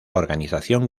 organización